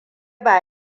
ba